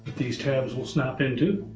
these tabs will snap into,